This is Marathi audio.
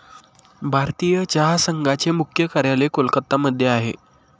भारतीय चहा संघाचे मुख्य कार्यालय कोलकत्ता मध्ये आहे